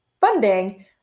funding